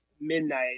midnight